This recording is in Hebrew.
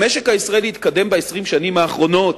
המשק הישראלי התקדם ב-20 שנים האחרונות.